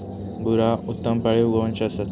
गुरा उत्तम पाळीव गोवंश असत